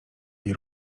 jej